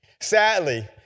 Sadly